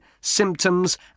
symptoms